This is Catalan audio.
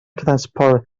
transport